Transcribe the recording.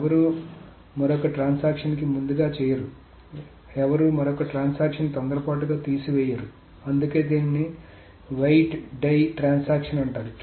ఎవరూ మరొక ట్రాన్సాక్షన్ని ముందస్తుగా చేయరు ఎవరూ మరొక ట్రాన్సాక్షన్ని తొందరపాటుగా తీసివేయరు అందుకే దీనిని వెయిట్ డై ట్రాన్సాక్షన్ అంటారు